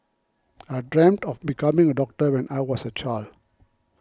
I dreamt of becoming a doctor when I was a child